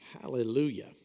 Hallelujah